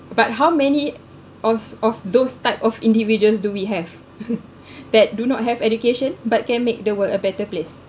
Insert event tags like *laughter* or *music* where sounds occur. but how many of of those type of individuals do we have *laughs* that do not have education but can make the world a better place